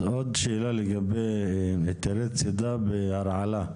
אז עוד שאלה לגבי היתרי צידה בהרעלה.